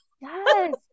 Yes